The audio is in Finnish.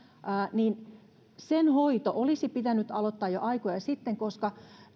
niiden hoito olisi pitänyt aloittaa jo aikoja sitten koska